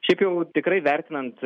šiaip jau tikrai vertinant